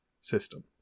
system